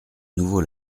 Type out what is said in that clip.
nouveau